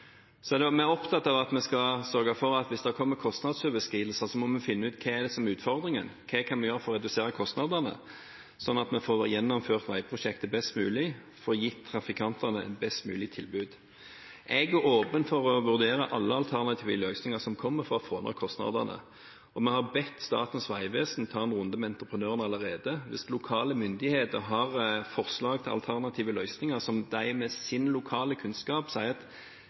Vi er opptatt av å sørge for at hvis det kommer kostnadsoverskridelser, må vi finne ut hva som er utfordringen, og hva vi kan gjøre for å redusere kostnadene, slik at vi får gjennomført veiprosjektet best mulig og gitt trafikantene et best mulig tilbud. Jeg er åpen for å vurdere alle alternative løsninger som kommer for å få ned kostnadene. Vi har allerede bedt Statens vegvesen ta en runde med entreprenøren. Hvis lokale myndigheter har forslag til alternative løsninger og de med sin lokalkunnskap sier